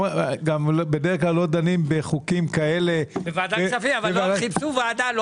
בדרך כלל לא דנים בחוקים כאלה בוועדת כספים.